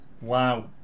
Wow